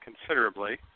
considerably